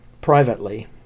Privately